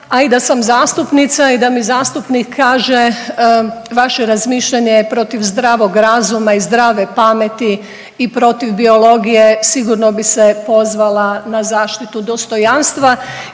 A i da sam zastupnica i da mi zastupnik kaže vaše razmišljanje je protiv zdravog razuma i zdrave pameti i protiv biologije sigurno bi se pozvala na zaštitu dostojanstva,